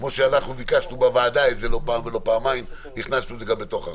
כמו שביקשנו בוועדה לא פעם ולא פעמיים והכנסנו את זה גם בתוך החוק.